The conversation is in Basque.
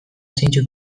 zeintzuk